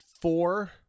four